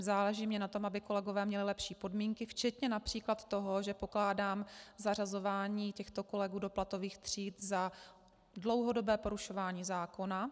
Záleží mně na tom, aby kolegové měli lepší podmínky, včetně například toho, že pokládám zařazování těchto kolegů do platových tříd za dlouhodobé porušování zákona.